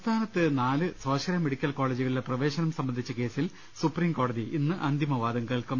സംസ്ഥാനത്തെ നാല് സ്വാശ്രയ മെഡിക്കൽ കോളേജുകളിലെ പ്രവേ ശനം സംബന്ധിച്ച കേസിൽ സുപ്രീം കോടതി ഇന്ന് അന്തിമവാദം കേൾക്കും